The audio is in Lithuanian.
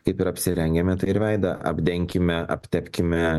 kaip ir apsirengiame ir veidą apdenkime aptepkime